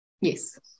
Yes